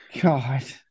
God